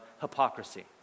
hypocrisy